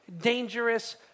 dangerous